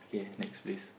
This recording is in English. okay next please